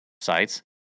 sites